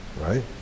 Right